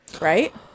Right